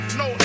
no